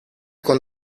con